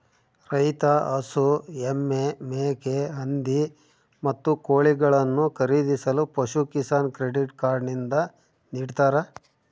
ರೈತ ಹಸು, ಎಮ್ಮೆ, ಮೇಕೆ, ಹಂದಿ, ಮತ್ತು ಕೋಳಿಗಳನ್ನು ಖರೀದಿಸಲು ಪಶುಕಿಸಾನ್ ಕ್ರೆಡಿಟ್ ಕಾರ್ಡ್ ನಿಂದ ನಿಡ್ತಾರ